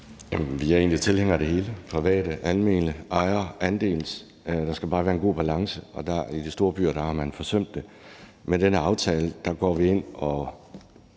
Vi er egentlig tilhængere af det hele: private, almene, ejer-, andelsboliger. Der skal bare være en god balance, og i de store byer har man forsømt det. Med den her aftale går vi ind og